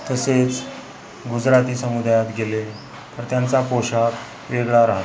तसेच गुजराती समुदायात गेले तर त्यांचा पोशाख वेगळा राहतो